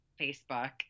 Facebook